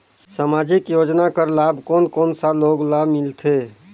समाजिक योजना कर लाभ कोन कोन सा लोग ला मिलथे?